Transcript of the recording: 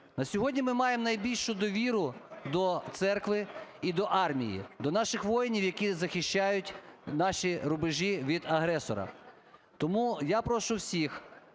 На сьогодні ми маємо найбільшу довіру до церкви і до армії, до наших воїнів, які захищають наші рубежі від агресора. Тому я прошу всіх